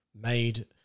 Made